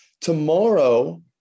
Tomorrow